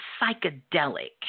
psychedelic